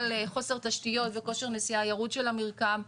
חוסר תשתיות וכושר נשיאה ירוד של המרקם,